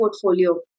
portfolio